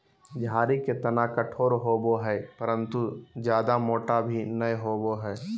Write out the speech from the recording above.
झाड़ी के तना कठोर होबो हइ परंतु जयादा मोटा भी नैय होबो हइ